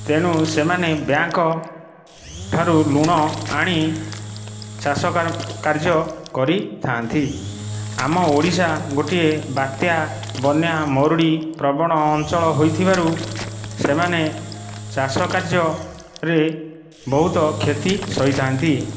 ତେଣୁ ସେମାନେ ବ୍ୟାଙ୍କ ଠାରୁ ଋଣ ଆଣି ଚାଷ କାର୍ଯ୍ୟ କରିଥାଆନ୍ତି ଆମ ଓଡ଼ିଶା ଗୋଟିଏ ବାତ୍ୟା ବନ୍ୟା ମରୁଡ଼ି ପ୍ରବଣ ଅଞ୍ଚଳ ହୋଇଥିବାରୁ ସେମାନେ ଚାଷ କାର୍ଯ୍ୟରେ ବହୁତ କ୍ଷତି ସହିଥାନ୍ତି